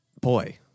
Boy